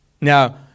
Now